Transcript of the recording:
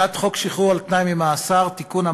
הצעת חוק שחרור על-תנאי ממאסר (תיקון,